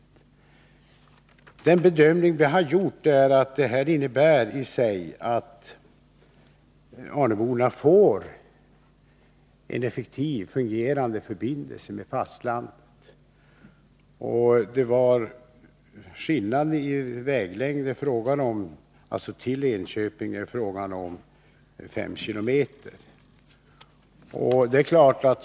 Om Arnös trafik Den bedömning som vi har gjort är att den nu föreslagna lösningen innebär förbindelse med att arnöborna får en effektivt fungerande förbindelse med fastlandet, och fastlandet vägen till Enköping blir endast 5 km längre.